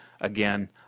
Again